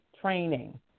training